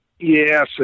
Yes